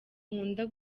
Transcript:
nkunda